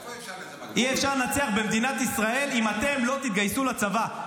איפה --- אי-אפשר לנצח במדינת ישראל אם אתם לא תתגייסו לצבא.